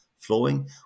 flowing